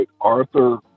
Arthur